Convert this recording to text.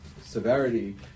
severity